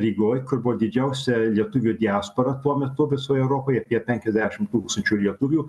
rygoj kur buvo didžiausia lietuvių diaspora tuo metu visoj europoj apie penkiasdešimt tūkstančių lietuvių